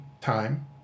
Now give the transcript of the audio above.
time